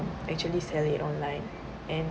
actually sell it online and